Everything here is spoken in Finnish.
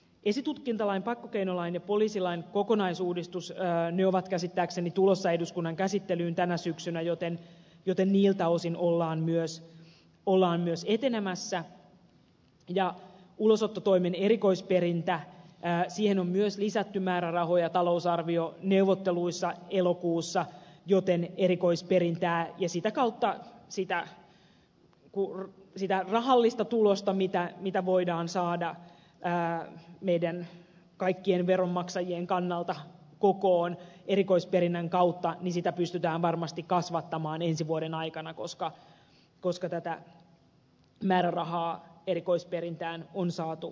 esitutkintalain pakkokeinolain ja poliisilain kokonaisuudistus ovat käsittääkseni tulossa eduskunnan käsittelyyn tänä syksynä joten niiltä osin ollaan myös etenemässä ja ulosottotoimen erikoisperintään on myös lisätty määrärahoja talousarvioneuvotteluissa elokuussa joten erikoisperintää ja sitä kautta sitä rahallista tulosta mitä voidaan saada meidän kaikkien veronmaksajien kannalta kokoon erikoisperinnän kautta pystytään varmasti kasvattamaan ensi vuoden aikana koska tätä määrärahaa erikoisperintään on saatu lisättyä